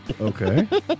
Okay